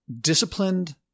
disciplined